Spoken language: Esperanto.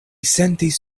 sentis